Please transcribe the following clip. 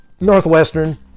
Northwestern